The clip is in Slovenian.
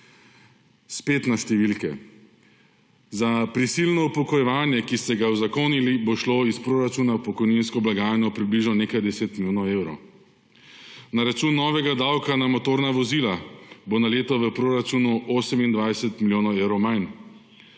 Spet na številke. Za prisilno upokojevanje, ki ste ga uzakonili, bo šlo iz proračuna v pokojninsko blagajno približno nekaj deset milijonov evrov. Na račun novega davka na motorna vozila bo na leto v proračunu 28 milijonov evrov manj.